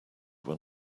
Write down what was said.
when